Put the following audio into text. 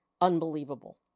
unbelievable